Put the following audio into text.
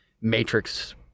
Matrix